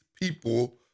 people